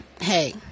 hey